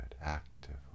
actively